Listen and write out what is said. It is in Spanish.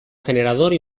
generador